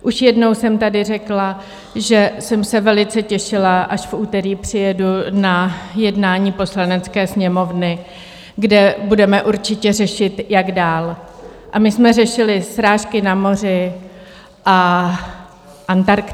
Už jednou jsem tady řekla, že jsem se velice těšila, až v úterý přijedu na jednání Poslanecké sněmovny, kde budeme určitě řešit, jak dál, a my jsme řešili srážky na moři a Antarktidu.